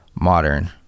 modern